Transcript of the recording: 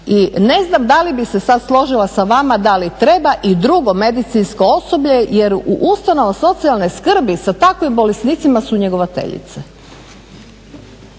I ne znam da li bi se sada složila sa vama da li treba i drugo medicinsko osoblje jer u ustanovama socijalne skrbi sa takvim bolesnicima su njegovateljice.